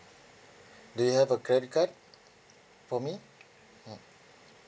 do you have a credit card for me hmm